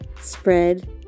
Spread